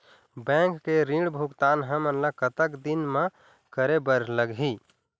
Bank के ऋण भुगतान हमन ला कतक दिन म करे बर लगही?